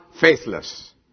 faithless